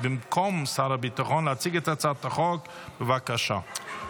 בוועדה לביטחון לאומי לצורך הכנתה לקריאה השנייה והשלישית.